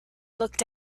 looked